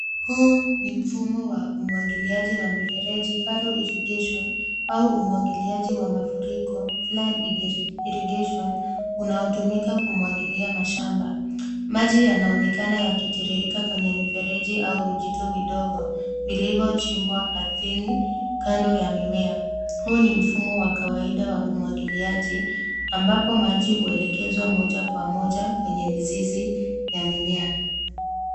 Huu ni mfumo wa umwagiliaji wa mifereji furrow irrigation au umwagiliaji wa mafuriko flood irrigation unaotumika kumwagilia mashamba. Maji yanaonekana yakitiririka kwenye mifereji au vijito vidogo vilivyochimbwa ardhini kando ya mimea. Huu ni mfumo wa kawaida wa umwagiliaji, ambapo maji huelekezwa moja kwa moja kwenye mizizi ya mimea.